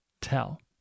tell